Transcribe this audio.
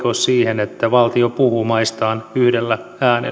siihen että valtio puhuu maistaan yhdellä äänellä